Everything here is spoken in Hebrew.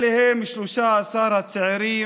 אלה הם 13 הצעירים